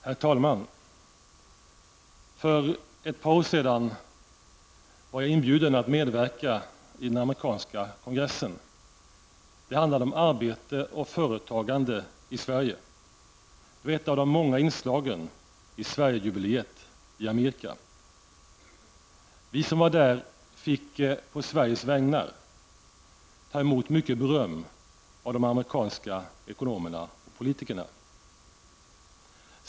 Herr talman! För ett par år sedan var jag inbjuden att medverka i en konferens i den amerikanska kongressen. Den handlade om arbete och företagande i Sverige. Det var ett av de många inslagen i Sverigejubileet i Amerika. Vi som var där fick på Sveriges vägnar ta emot mycket beröm av de amerikanska ekonomerna och politikerna.